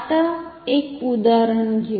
आता एक उदाहरण घेऊ